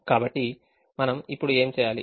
కాబట్టి మనం ఇప్పుడు ఏమి చేయాలి